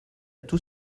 tout